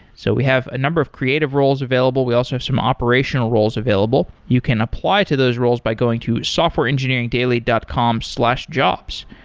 so we have a number of creative roles available. we also have some operational roles available. you can apply to those roles by going to softwareengineeringdaily dot com slash jobs,